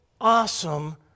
awesome